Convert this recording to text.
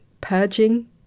purging